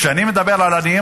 כשאני מדבר על עניים,